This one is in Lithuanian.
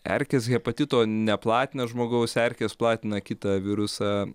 erkės hepatito neplatina žmogaus erkės platina kitą virusą